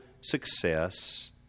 success